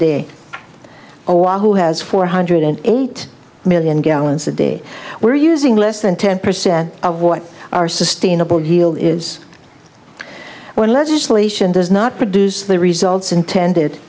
day or who has four hundred eight million gallons a day we're using less than ten percent of what our sustainable yield is when legislation does not produce the results intended